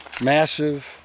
massive